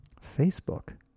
Facebook